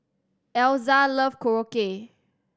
Elza love Korokke